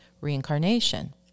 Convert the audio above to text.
reincarnation